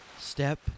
step